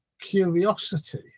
curiosity